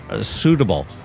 suitable